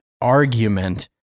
argument